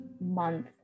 month